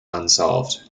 unsolved